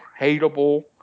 hateable